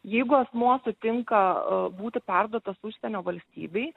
jeigu asmuo sutinka būti perduotas užsienio valstybei